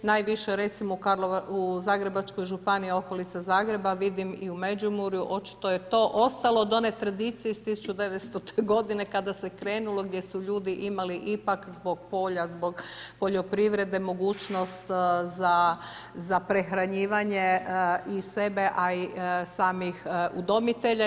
Najviše recimo u Zagrebačkoj županiji i u okolici Zagreba, vidim i u Međimurju, očito je to ostalo do one tradicije iz 1900 g. kada se krenulo, gdje su ljudi imali ipak, zbog polja, zbog poljoprivrede, mogućnost za prehranjivanje i sebe, a i samih udomitelja.